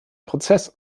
prozess